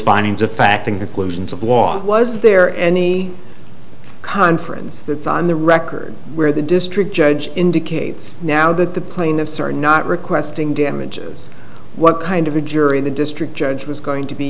findings of fact and conclusions of law was there any conference that's on the record where the district judge indicates now that the plaintiffs are not requesting damages what kind of a jury the district judge was going to be